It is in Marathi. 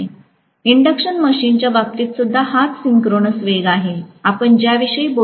इंडक्शन मशीनच्या बाबतीतसुद्धा हाच सिंक्रोनस वेग आहे आपण ज्याविषयी बोलत होतो